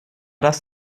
das